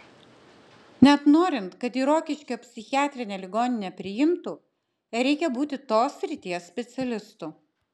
net norint kad į rokiškio psichiatrinę ligoninę priimtų reikia būti tos srities specialistu